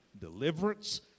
deliverance